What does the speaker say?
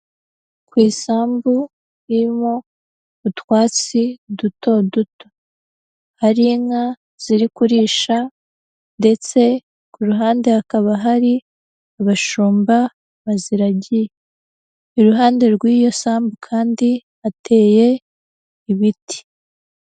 Ku isambu irimo utwatsi duto duto, hari inka ziri kurisha ndetse ku ruhande hakaba hari abashumba baziragiye, iruhande rw'iyo sambu kandi hateye ibiti.